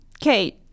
Kate